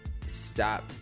stop